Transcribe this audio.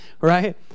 right